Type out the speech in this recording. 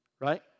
Right